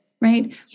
right